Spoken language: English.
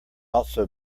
also